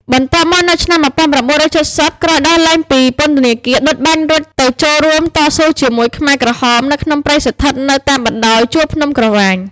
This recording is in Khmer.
បន្ទាប់មកនៅឆ្នាំ១៩៧០ ក្រោយដោះលែងពីពន្ធនាគារ ឌុច បានរត់ទៅចូលរួមតស៊ូជាមួយខ្មែរក្រហម នៅក្នុងព្រៃ ស្ថិតនៅតាមបណ្តោយជួរភ្នំក្រវ៉ាញ។